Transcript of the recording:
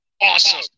awesome